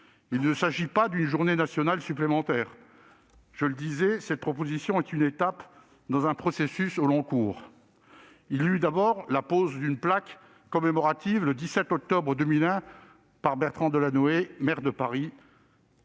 Il ne s'agit pas de créer une journée nationale supplémentaire. Je le répète, cette proposition de loi est une étape dans un processus au long cours. Il y eut d'abord la pose d'une plaque commémorative, le 17 octobre 2001, par Bertrand Delanoë, alors maire de Paris,